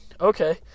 Okay